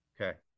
okay